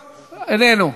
איננו.